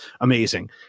Amazing